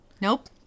Nope